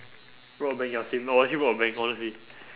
rob a bank ya same lor I'll actually rob a bank honestly